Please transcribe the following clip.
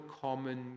common